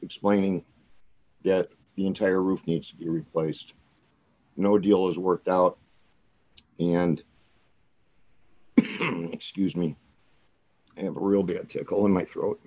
explaining that the entire roof needs to be replaced no deal is worked out and excuse me i have a real be a tickle in my throat